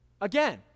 again